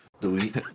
delete